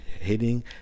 hitting